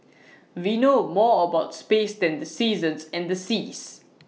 we know more about spaces than the seasons and the seas